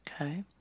Okay